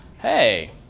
hey